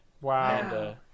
Wow